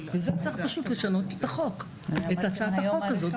לשם כך צריך פשוט לשנות את הצעת החוק הזאת.